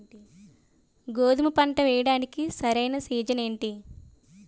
గోధుమపంట వేయడానికి సరైన సీజన్ ఏంటి?